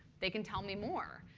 they can tell me more.